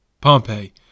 Pompey